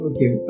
Okay